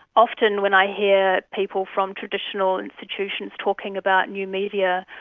often when i hear people from traditional institutions talking about new media,